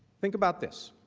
think about this.